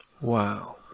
Wow